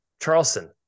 Charleston